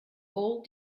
all